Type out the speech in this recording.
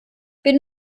bin